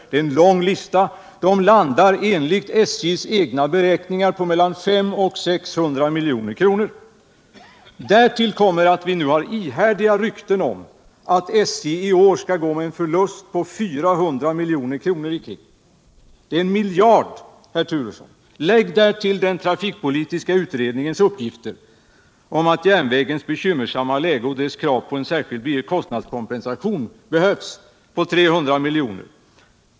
Det är en lång lista som enligt SJ:s egna bi ningar landar på mellan 500 och 600 milj.kr. Därtill kommer att vi nu hör ihärdiga rykten om att SJ i år skall gå med en förlust på omkring 400 milj.kr. Det blir tillsammans 1 miljard, herr Turesson. Lägg därtill den trafikpolitiska utredningens uppgifter om järnvägens bekymmersamma läge och dess krav på en särskild kostnadskompensation på 300 milj.kr.